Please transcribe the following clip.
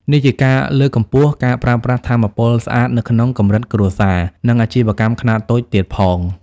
នេះជាការលើកកម្ពស់ ការប្រើប្រាស់ថាមពលស្អាតនៅក្នុងកម្រិតគ្រួសារ និងអាជីវកម្មខ្នាតតូចទៀតផង។